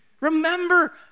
Remember